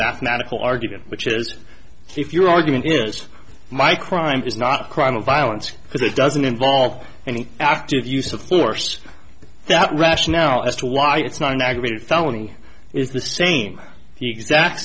mathematical argument which is if your argument is my crime is not a crime of violence because it doesn't involve any after the use of force that rationale as to why it's not an aggravated felony is the same the exact